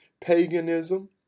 paganism